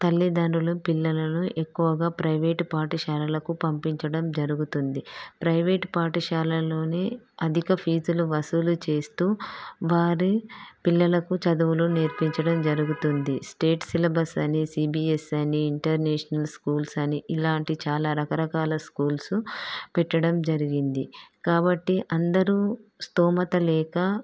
తల్లిదండ్రులు పిల్లలను ఎక్కువగా ప్రైవేటు పాఠశాలలకు పంపించడం జరుగుతుంది ప్రైవేటు పాఠశాలల్లోనే అధిక ఫీజులు వసూలు చేస్తూ వారి పిల్లలకు చదువులు నేర్పించడం జరుగుతుంది స్టేట్ సిలబస్ అని సీబీఎస్ అని ఇంటర్నేషనల్ స్కూల్స్ అని ఇలాంటి చాలా రకరకాల స్కూల్సు పెట్టడం జరిగింది కాబట్టి అందరూ స్థోమత లేక